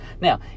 Now